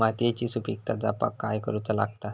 मातीयेची सुपीकता जपाक काय करूचा लागता?